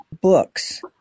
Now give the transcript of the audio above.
books